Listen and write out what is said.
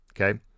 okay